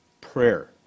prayer